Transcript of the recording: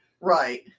Right